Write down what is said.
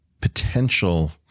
potential